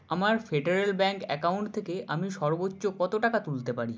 আমার Federal Bank account থেকে আমি সর্বোচ্চ কত টাকা তুলতে পারি